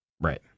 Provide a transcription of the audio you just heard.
Right